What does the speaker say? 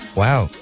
wow